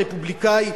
הרפובליקני,